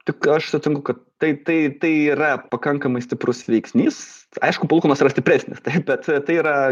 tik aš sutinku kad tai tai tai yra pakankamai stiprus veiksnys aišku palūkanos yra stipresnis taip bet tai yra